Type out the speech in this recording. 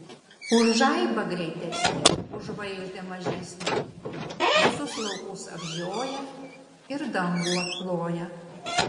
už žaibą greitesnė už žvaigždę mažesnė visus laukus apžioja ir dangų apkloja